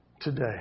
Today